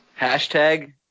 Hashtag